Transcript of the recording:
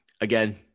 Again